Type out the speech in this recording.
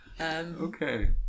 okay